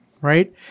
Right